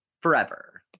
forever